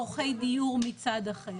צרכי דיור מצד אחר,